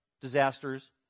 disasters